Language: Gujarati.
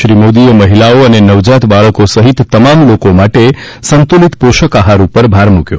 શ્રી મોદીએ મહિલાઓ અને નવજાત બાળકો સહિત તમામ લોકો માટે સંત્રલિત પોષક આહાર ઉપર ભાર મૂક્યો